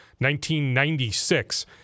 1996